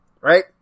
right